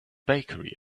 bakery